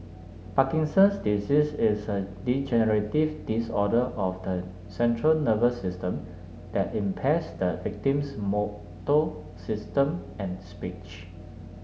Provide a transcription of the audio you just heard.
Parkinson's disease is a degenerative disorder of the central nervous system that impairs the victim's motor system and speech